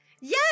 Yes